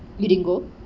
you didn't go